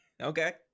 Okay